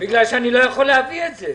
כי אני לא יכול להביא את זה.